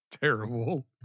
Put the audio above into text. Terrible